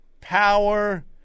power